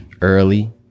early